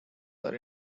are